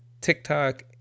TikTok